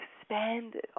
expanded